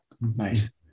Nice